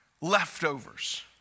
leftovers